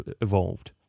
evolved